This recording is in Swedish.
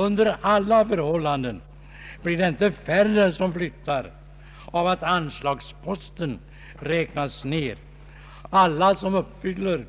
Under alla förhållanden blir det inte färre som flyttar genom att anslagsposten räknas ner — alla som uppfyller